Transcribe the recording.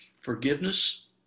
Forgiveness